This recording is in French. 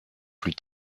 plus